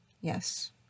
Yes